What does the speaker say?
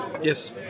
yes